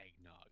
eggnog